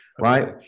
right